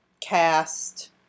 cast